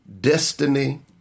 destiny